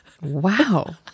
Wow